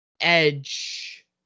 Edge